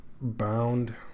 bound